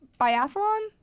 Biathlon